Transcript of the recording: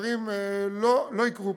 הדברים פשוט לא יקרו.